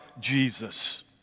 Jesus